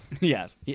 Yes